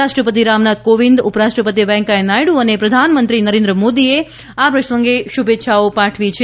રાષ્ટ્રપતિ રામનાથ કોવિંદ ઉપરાષ્ટ્રપતિ વૈંકેયા નાયડુ અને પ્રધાનમંત્રી નરેન્દ્ર મોદીએ આ પ્રસંગે શ્રૂભેચ્છાઓ પાઠવી છે